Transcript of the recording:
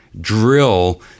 drill